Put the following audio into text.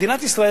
מדינת ישראל,